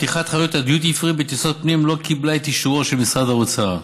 פתיחת חנויות הדיוטי פרי בטיסות פנים לא קיבלה את אישורו של משרד האוצר.